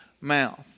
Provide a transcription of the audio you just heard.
mouth